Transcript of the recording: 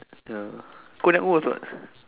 the cold that mole was what